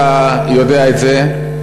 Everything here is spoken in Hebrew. אתה יודע את זה,